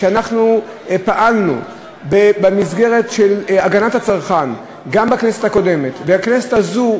ואנחנו פעלנו במסגרת של הגנת הצרכן גם בכנסת הקודמת ובכנסת הזאת,